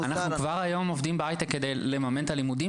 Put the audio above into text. -- כבר היום אנחנו עובדים בהייטק כדי לממן את הלימודים